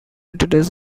entities